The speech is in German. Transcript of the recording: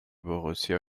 borussia